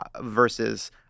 versus